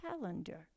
calendar